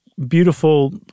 Beautiful